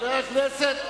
חבר הכנסת,